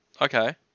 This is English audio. Okay